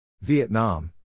Vietnam